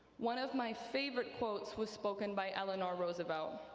one of my favorite quotes was spoken by eleanor roosevelt,